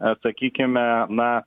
atsakykime na